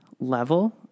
level